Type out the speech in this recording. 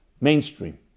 mainstream